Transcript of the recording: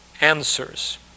answers